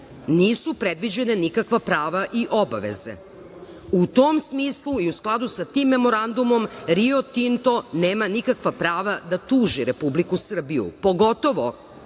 nisu predviđena nikakva prava i obaveze?U tom smislu i u skladu sa tim memorandumom, Rio Tinto nema nikakva prava da tuži Republiku Srbiju, pogotovo